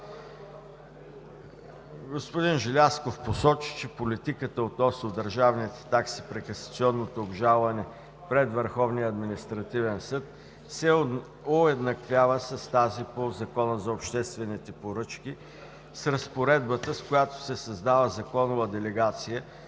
Господин Желязков посочи, че политиката относно държавните такси при касационно обжалване пред Върховния административен съд се уеднаквява с тази по Закона за обществените поръчки, а разпоредбата, с която се създава законова делегация